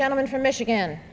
gentleman from michigan